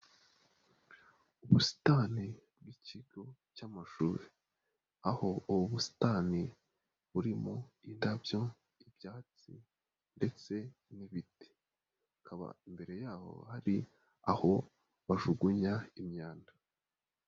Ubusitani bw'ikigo cy'amashuri, aho ubu busitani burimo: indabyo, ibyatsi ndetse n'ibiti. Hakaba imbere yaho hari aho bajugunya imyanda.